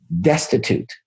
destitute